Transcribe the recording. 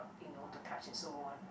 you know to touch and so on